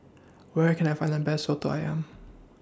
Where Can I Find The Best Soto Ayam